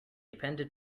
appended